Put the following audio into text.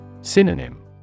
Synonym